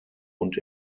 und